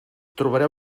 trobareu